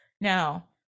Now